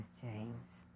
James